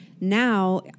now